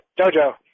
Jojo